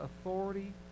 authority